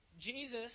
Jesus